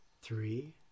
three